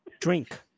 Drink